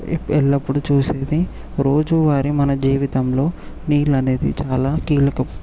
ఎల్లప్పుడూ చూసేది రోజువారి మన జీవితంలో నీళ్లు అనేది చాలా కీలకం